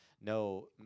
No